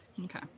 Okay